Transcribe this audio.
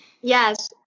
yes